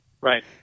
Right